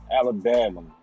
Alabama